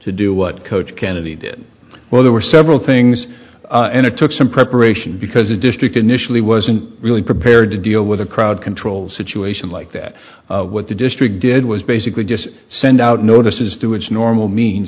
to do what coach kennedy did well there were several things and it took some preparation because the district initially wasn't really prepared to deal with a crowd control situation like that what the district did was basically just send out notices to its normal means